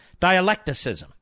dialecticism